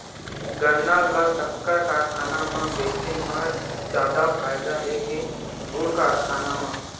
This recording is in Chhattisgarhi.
गन्ना ल शक्कर कारखाना म बेचे म जादा फ़ायदा हे के गुण कारखाना म?